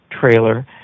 trailer